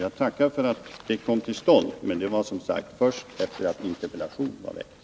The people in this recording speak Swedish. Jag tackar för att det beskedet kom, men det var som sagt först efter det att interpellation var väckt.